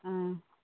ᱟᱸ